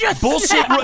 bullshit